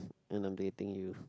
and I'm dating you